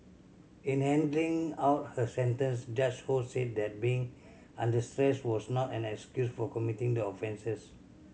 in handing out her sentence Judge Ho said that being under stress was not an excuse for committing the offences